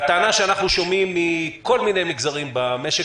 והטענה שאנחנו שומעים מכל מיני מגזרים במשק